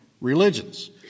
religions